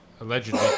Allegedly